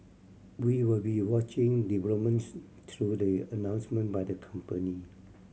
we will be watching developments through the announcement by the company